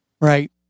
Right